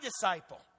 disciple